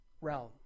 realm